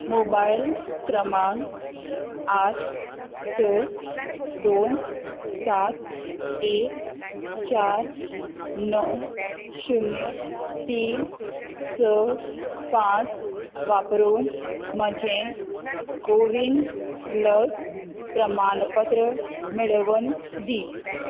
mobile क्रमांक आठ स दोन सात एक चार णव शुन्य तीन स पांच वापरून म्हजें कोविन लस प्रमाणपत्र मेळोवन दी